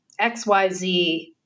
XYZ